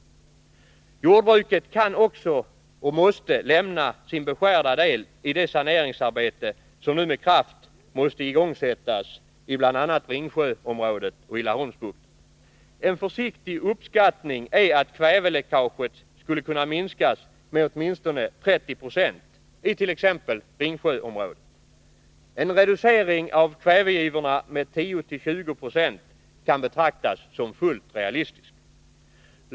Även jordbruket kan och måste lämna sin beskärda del i det saneringsarbete som nu med kraft måste igångssättas i bl.a. Ringsjöområdet och i Laholmsbukten. En försiktig uppskattning är att kväveläckaget skulle kunna minskas med åtminstone 30 2 i t.ex. Ringsjöområdet. En reducering av kvävegivorna med 10-20 +, kan betraktas som fullt realistiskt.